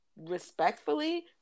respectfully